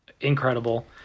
incredible